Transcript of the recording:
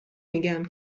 میگم